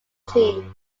team